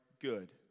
good